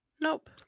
nope